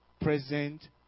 present